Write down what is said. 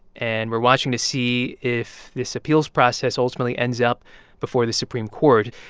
and we're watching to see if this appeals process ultimately ends up before the supreme court.